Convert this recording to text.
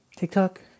TikTok